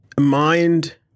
mind